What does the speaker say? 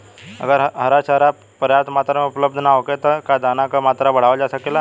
अगर हरा चारा पर्याप्त मात्रा में उपलब्ध ना होखे त का दाना क मात्रा बढ़ावल जा सकेला?